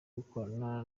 gukorana